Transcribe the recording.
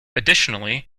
additionally